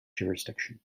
jurisdiction